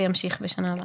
וימשיך לשנה הבאה.